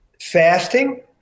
fasting